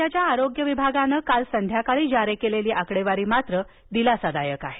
राज्याच्या आरोग्य विभागानं काल संध्याकाळी जारी केलेली आकडेवारी मात्र दिलासादायक आहे